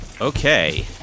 Okay